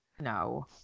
no